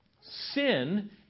sin